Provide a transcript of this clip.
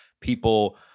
people